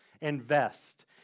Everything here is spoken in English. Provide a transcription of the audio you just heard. invest